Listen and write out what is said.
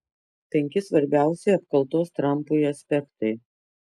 penki svarbiausi apkaltos trampui aspektai